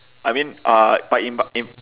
I mean uh but in but in